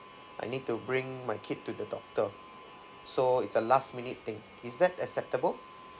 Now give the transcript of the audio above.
I need to bring my kid to the doctor so it's a last minute thing is that acceptable